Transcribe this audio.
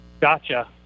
Gotcha